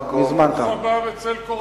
ברוך הבא בצל קורתנו.